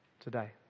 today